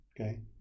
Okay